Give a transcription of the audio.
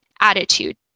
attitude